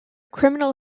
criminal